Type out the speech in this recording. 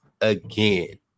again